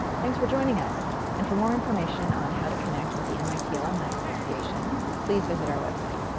thanks for joining us and for more information on how to connect with the mit alumni association please visit our website.